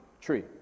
tree